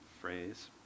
phrase